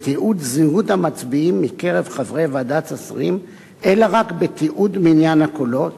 בתיעוד זהות המצביעים מקרב חברי ועדת השרים אלא רק בתיעוד מניין הקולות,